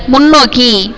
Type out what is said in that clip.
முன்னோக்கி